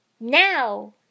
Now